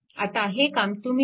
आता हे काम तुम्ही करा